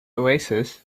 oasis